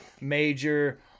major